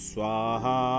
Swaha